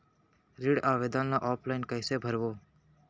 ऋण आवेदन ल ऑफलाइन कइसे भरबो?